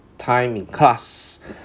time in class